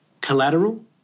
collateral